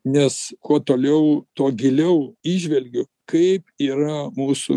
nes kuo toliau tuo giliau įžvelgiu kaip yra mūsų